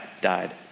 died